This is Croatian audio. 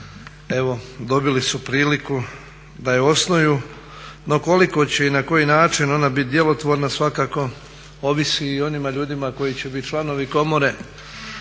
evo dobili su priliku da ju osnuju no koliko će i na koji način ona biti djelotvorna svakako ovisi i o onim ljudima koji će biti članovi komore